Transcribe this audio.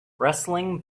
wrestling